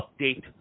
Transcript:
update